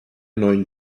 neuen